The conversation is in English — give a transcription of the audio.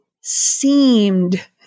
seemed